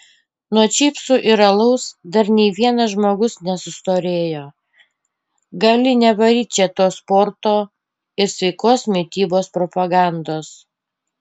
nuo čipsų ir alaus dar nei vienas žmogus nesustorėjo gali nevaryt čia tos sporto ir sveikos mitybos propagandos